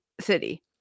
City